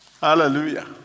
Hallelujah